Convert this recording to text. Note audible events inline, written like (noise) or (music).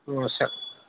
(unintelligible)